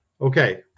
Okay